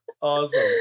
Awesome